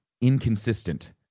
inconsistent